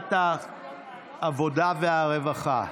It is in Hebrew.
לוועדת העבודה והרווחה נתקבלה.